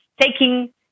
taking